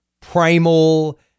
primal